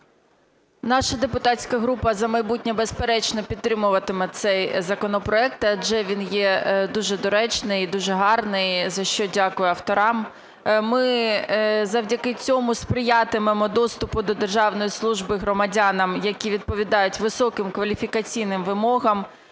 Наша депутатська група "За майбутнє", безперечно, підтримуватиме цей законопроект, адже він є дуже доречний, дуже гарний, за що дякую авторам. Ми завдяки цьому сприятимемо доступу до державної служби громадянам, які відповідають високим кваліфікаційним вимогам